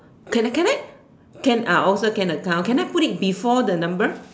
can I can I can also can account can I put before the number